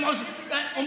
אחד.